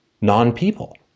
Non-people